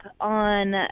on